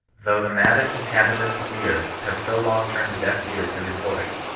though the maddened inhabitants of the earth have so long turned a deaf ear to his voice,